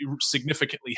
significantly